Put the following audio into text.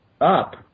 up